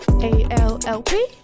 A-L-L-P